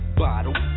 bottle